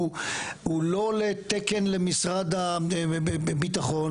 שהוא לא לתקן למשרד הביטחון.